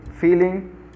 feeling